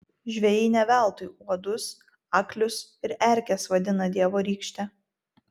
žvejai ne veltui uodus aklius ir erkes vadina dievo rykšte